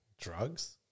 Drugs